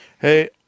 Hey